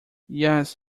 yes